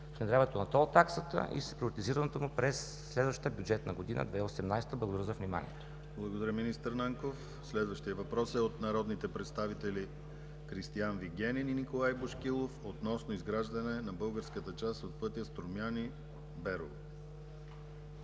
внедряването на ТОЛ таксата и с приоритизирането му през следващата бюджетна година – 2018 г. Благодаря за вниманието. ПРЕДСЕДАТЕЛ ДИМИТЪР ГЛАВЧЕВ: Благодаря, министър Нанков. Следващият въпрос е от народните представители Кристиан Вигенин и Николай Бошкилов относно изграждане на българската част от пътя Струмяни – Берово.